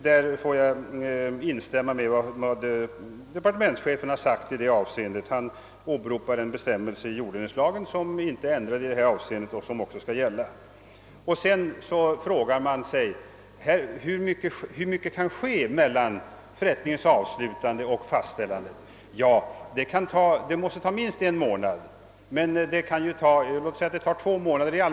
Därvidlag instämmer jag i vad departementschefen har anfört. Han har åberopat en bestämmelse i jorddelningslagen som inte ändrar någonting i detta avseende, och den bestämmelsen skall också gälla fortsättningsvis. Vad kan då hända mellan förrättningens avslutande och fastställandet? Ja, förfarandet måste ta minst en månad. Låt oss säga att det i allmänhet tar två månader.